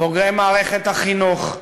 בוגרי מערכת החינוך,